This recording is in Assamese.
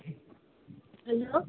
হেল্ল'